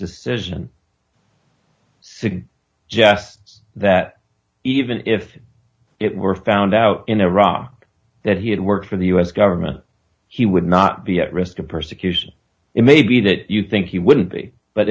decision that even if it were found out in iraq that he had worked for the u s government he would not be at risk of persecution it may be that you think he wouldn't be but